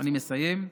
אני מסיים.